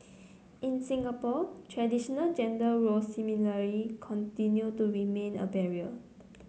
in Singapore traditional gender roles similarly continue to remain a barrier